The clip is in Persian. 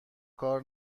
کار